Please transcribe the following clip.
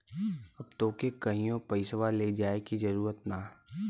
अब तोके कहींओ पइसवा ले जाए की जरूरत ना